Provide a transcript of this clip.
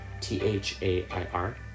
T-H-A-I-R